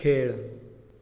खेळ